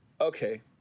okay